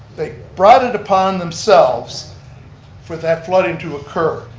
they brought it upon themselves for that flooding to occur.